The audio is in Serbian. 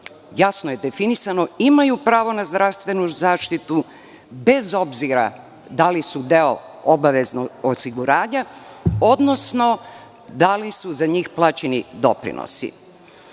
jasno je definisano, imaju pravo na zdravstvenu zaštitu, bez obzira da li su deo obaveznog osiguranja, odnosno da li su za njih plaćeni doprinosi.